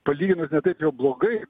palyginus ne taip jau blogai